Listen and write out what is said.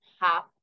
half